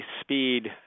speed